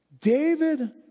David